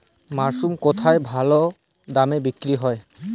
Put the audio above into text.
Mushroom কেথায় ভালোদামে বিক্রয় হয়?